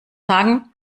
sagen